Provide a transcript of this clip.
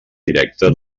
directa